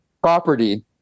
property